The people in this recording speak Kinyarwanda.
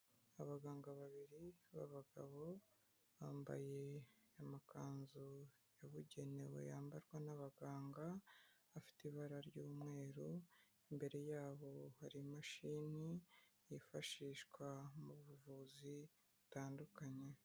Abaganga babiri b'abagabo bambaye amakanzu yabugenewe yambarwa n'abaganga, afite ibara ry'umweru, imbere yabo hari imashini yifashishwa mu buvuzi butandukanye.